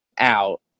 out